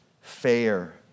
fair